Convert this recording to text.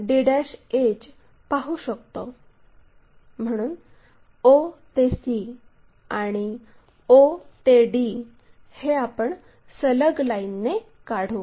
म्हणून o ते c आणि o ते d हे आपण सलग लाईनने काढू